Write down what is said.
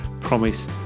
promise